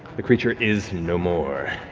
the creature is no more.